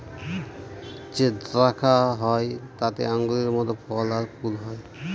যে দ্রাক্ষা হয় তাতে আঙুরের মত ফল আর ফুল হয়